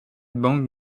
bank